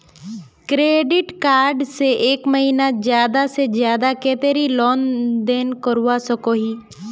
Credit card से एक महीनात ज्यादा से ज्यादा कतेरी लेन देन करवा सकोहो ही?